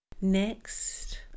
Next